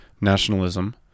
nationalism